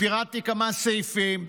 ופירטתי כמה סעיפים,